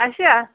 اسہِ یا